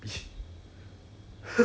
err